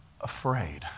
afraid